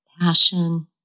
passion